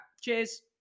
Cheers